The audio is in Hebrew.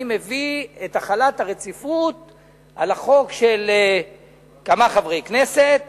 אני מביא את החלת הרציפות על החוק של כמה חברי כנסת